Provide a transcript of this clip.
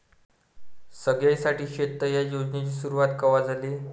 सगळ्याइसाठी शेततळे ह्या योजनेची सुरुवात कवा झाली?